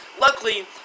luckily